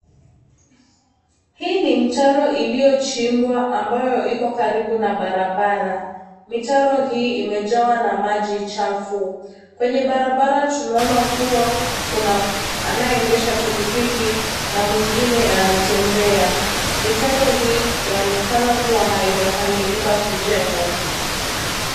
Hii ni mtaro iliyochimbwa ambayo iko karibu na barabara. Mitaro hii imejawa na maji chafu kwenye barabara. Tunaona kuwa kuna anayeendesha pikipiki na mwingine anatembea. Mitaro hii yaonekana kuwa haijakamilika kujengwa